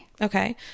Okay